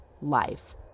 life